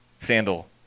sandal